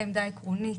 העמדה העקרונית,